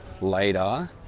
later